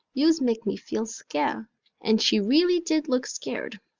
yous make me feel scare and she really did looked scared.